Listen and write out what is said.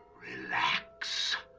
relax